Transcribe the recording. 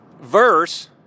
verse